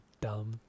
dumb